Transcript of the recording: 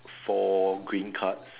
four green cards